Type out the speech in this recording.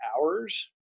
hours